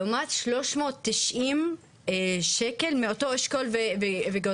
לעומת שלוש מאות תשעים שקל מאותו אשכול וגודל.